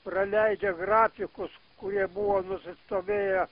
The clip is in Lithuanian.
praleidžia grafikus kurie buvo nusistovėję